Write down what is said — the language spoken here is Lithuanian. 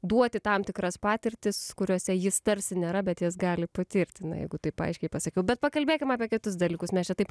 duoti tam tikras patirtis kuriose jis tarsi nėra bet jas gali patirti na jeigu taip aiškiai pasakiau bet pakalbėkim apie kitus dalykus mes čia taip